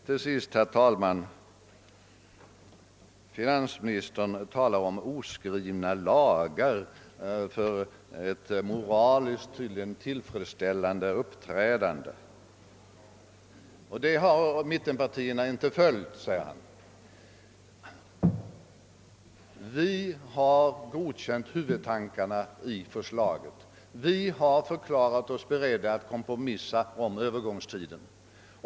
Till sist, herr talman: Finansministern talar om oskrivna lagar för ett moraliskt tillfredsställande uppträdande, och dem skulle mittenpartierna inte ha följt. — Vi har godkänt huvudpunkterna i förslaget. Vi har förklarat oss beredda att kompromissa om Öövergångstiden.